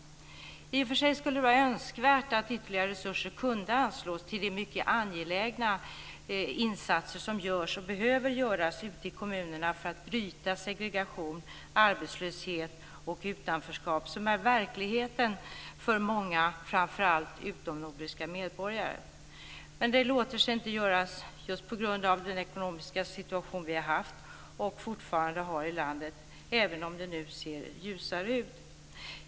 I och för sig skulle det vara önskvärt att ytterligare resurser kunde anslås till de mycket angelägna insatser som görs och behöver göras ute i kommunerna för att bryta segregation, arbetslöshet och utanförskap, som är verkligheten för många framför allt utomnordiska medborgare. Men det låter sig inte göras på grund av den ekonomiska situation vi haft och fortfarande har i landet, även om det nu ser ljusare ut.